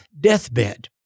deathbed